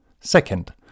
Second